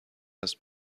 است